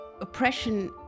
oppression